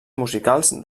musicals